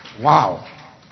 Wow